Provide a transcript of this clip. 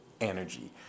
energy